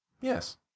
yes